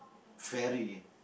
very